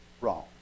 Wrong